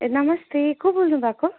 ए नमस्ते को बोल्नुभएको